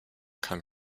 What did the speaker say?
kam